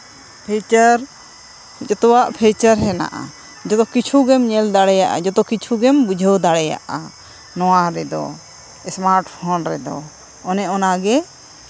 feature ᱡᱚᱛᱚᱣᱟᱜ feature ᱦᱮᱱᱟᱜᱼᱟ ᱡᱚᱛᱚ ᱠᱤᱪᱷᱩ ᱜᱮᱢ ᱧᱮᱞ ᱫᱟᱲᱮᱭᱟᱜᱼᱟ ᱡᱚᱛᱚ ᱠᱤᱪᱷᱩ ᱜᱮᱢ ᱵᱩᱡᱷᱟᱹᱣ ᱫᱟᱲᱮᱭᱟᱜᱼᱟ ᱱᱚᱣᱟ ᱨᱮᱫᱚ ᱮᱥᱢᱟᱨᱴ ᱯᱷᱳᱱ ᱨᱮᱫᱚ ᱚᱱᱮ ᱚᱱᱟ ᱜᱮ